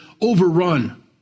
overrun